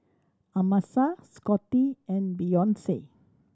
Amasa Scottie and Beyonce